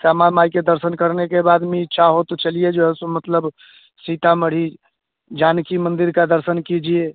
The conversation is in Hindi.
श्यामा माई के दर्शन करने के बाद में इच्छा हो तो चलिए जो है सो मतलब सीतामढ़ी जानकी मंदिर का दर्शन कीजिए